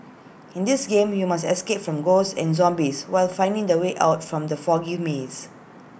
in this game you must escape from ghosts and zombies while finding the way out from the foggy maze